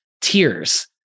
tears